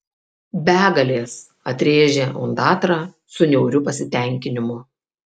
begalės atrėžė ondatra su niauriu pasitenkinimu